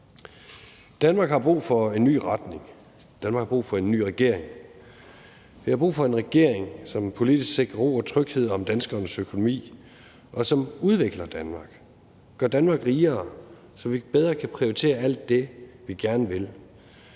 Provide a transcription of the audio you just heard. Danmark har brug for en ny retning, Danmark har brug for en ny regering. Vi har brug for en regering, som politisk sikrer ro og tryghed om danskernes økonomi, og som udvikler Danmark, som gør Danmark rigere, så vi bedre kan prioritere alt det, vi gerne vil: